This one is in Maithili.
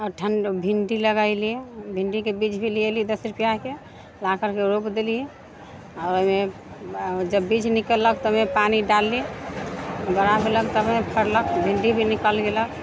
आओर ठण्ड भिण्डी लगैलियै भिण्डीके बीज भी ले अयली दस रुपिआके ला करके रोपि देलियै आओर ओहिमे जब बीज निकललक तभे पानि डालली बड़ा भेलक तभे फड़लक भिण्डी भी निकलि गेलक